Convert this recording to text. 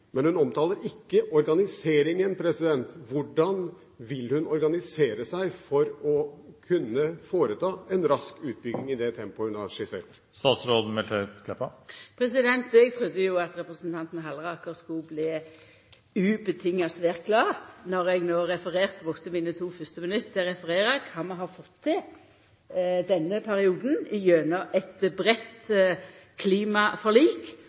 men hun omtaler ikke organiseringen. Hvordan vil hun organisere seg for å kunne foreta en rask utbygging i det tempoet hun har skissert? Eg trudde at representanten Halleraker utvilsamt skulle bli svært glad når eg no brukte mine to fyrste minutt til å referera kva vi har fått til denne perioden gjennom eit breitt klimaforlik,